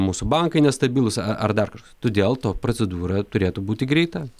mūsų bankai nestabilūs ar ar dar kažkas todėl to procedūra turėtų būti greita